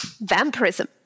vampirism